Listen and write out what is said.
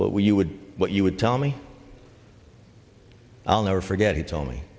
when you would what you would tell me i'll never forget he told me